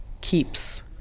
keeps